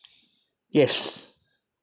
yes